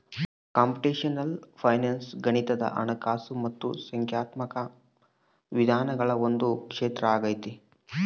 computational finance ಗಣಿತದ ಹಣಕಾಸು ಮತ್ತು ಸಂಖ್ಯಾತ್ಮಕ ವಿಧಾನಗಳ ಒಂದು ಕ್ಷೇತ್ರ ಆಗೈತೆ